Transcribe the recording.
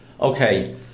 Okay